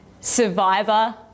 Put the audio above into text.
survivor